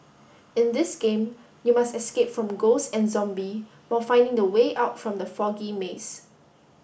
in this game you must escape from ghost and zombie while finding the way out from the foggy maze